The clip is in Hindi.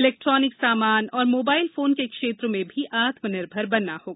इलेक्ट्रिोनिक सामान और मोबाइल फोन के क्षेत्र में भी आत्म निर्भर बनना होगा